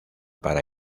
para